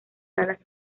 salas